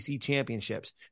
championships